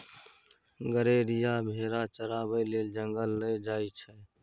गरेरिया भेरा चराबै लेल जंगल लए जाइ छै